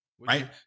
Right